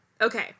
Okay